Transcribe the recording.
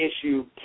issue